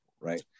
right